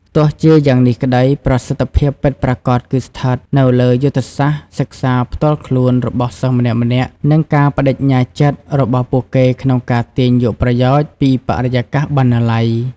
ទោះជាយ៉ាងនេះក្ដី ប្រសិទ្ធភាពពិតប្រាកដគឺស្ថិតនៅលើយុទ្ធសាស្ត្រសិក្សាផ្ទាល់ខ្លួនរបស់សិស្សម្នាក់ៗនិងការប្ដេជ្ញាចិត្ត របស់ពួកគេក្នុងការទាញយកប្រយោជន៍ពីបរិយាកាសបណ្ណាល័យ។